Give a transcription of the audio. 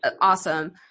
awesome